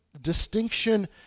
distinction